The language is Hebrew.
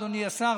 אדוני השר,